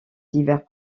divers